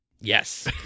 Yes